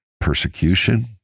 Persecution